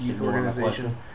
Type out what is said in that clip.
organization